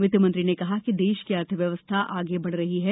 वित्तमंत्री ने कहा कि देश की अर्थव्यवस्था आगे बढ़ रही है